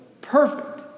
perfect